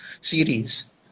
series